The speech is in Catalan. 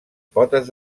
potes